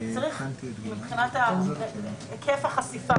מבחינת היקף החשיפה,